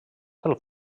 pel